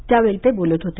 त्यावेळी ते बोलत होते